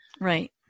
Right